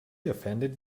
offended